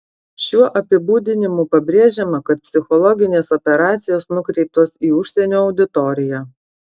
šiuo apibūdinimu pabrėžiama kad psichologinės operacijos nukreiptos į užsienio auditoriją